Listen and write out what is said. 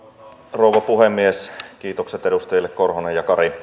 rouva puhemies kiitokset edustajille korhonen ja